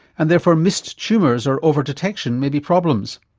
and therefore missed tumours or over-detection may be problems.